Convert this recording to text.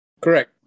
Correct